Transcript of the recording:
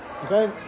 Okay